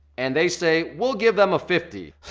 and they say we'll give them a fifty.